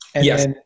Yes